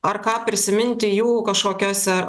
ar ką prisiminti jų kažkokiuose